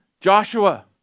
Joshua